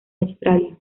australia